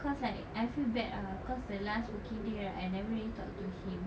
cause like I feel bad ah cause the last working day right I never really talk to him